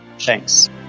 Thanks